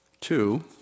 Two